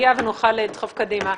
כדי שנגיע ונוכל לדחוף קדימה.